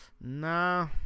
Nah